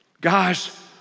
Guys